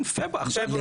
עכשיו.